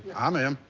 i'm in.